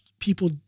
people